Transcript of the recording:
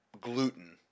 gluten